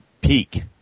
peak